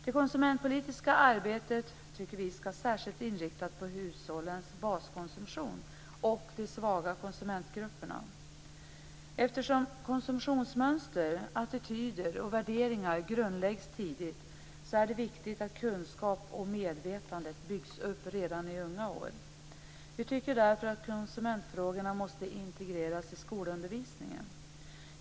Det konsumentpolitiska arbetet tycker vi ska särskilt inriktas på hushållens baskonsumtion och de svaga konsumentgrupperna. Eftersom konsumtionsmönster, attityder och värderingar grundläggs tidigt är det viktigt att kunskap och medvetande byggs upp redan i unga år. Vi tycker därför att konsumentfrågorna måste integreras i skolundervisningen.